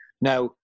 Now